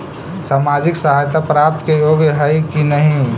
सामाजिक सहायता प्राप्त के योग्य हई कि नहीं?